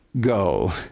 Go